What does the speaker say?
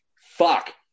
Fuck